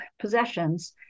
possessions